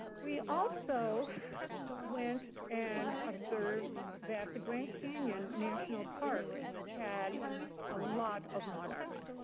we also went and observed that the grand canyon national park had a lot of monarchs.